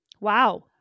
Wow